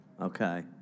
Okay